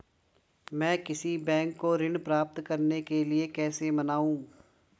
मैं किसी बैंक को ऋण प्राप्त करने के लिए कैसे मनाऊं?